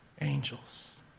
angels